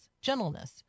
gentleness